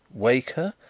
wake her,